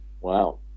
Wow